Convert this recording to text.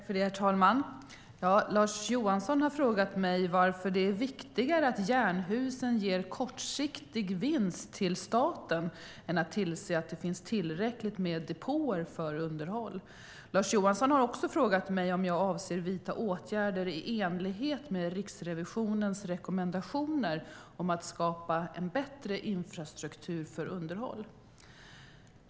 Herr talman! Lars Johansson har frågat mig varför det är viktigare att Jernhusen ger kortsiktig vinst till staten än att man tillser att det finns tillräckligt med depåer för underhåll. Lars Johansson har också frågat mig om jag avser att vidta åtgärder i enlighet med Riksrevisionens rekommendationer om att skapa en bättre infrastruktur för underhåll.